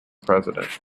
president